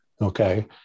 Okay